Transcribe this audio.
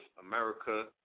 America